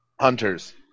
Hunters